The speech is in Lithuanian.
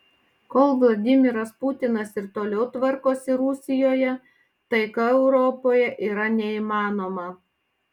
kol vladimiras putinas ir toliau tvarkosi rusijoje taika europoje yra neįmanoma